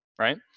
right